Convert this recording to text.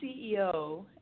CEO